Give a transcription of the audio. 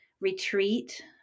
retreat